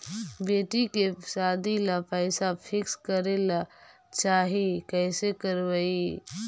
बेटि के सादी ल पैसा फिक्स करे ल चाह ही कैसे करबइ?